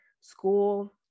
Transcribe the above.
school